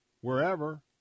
wherever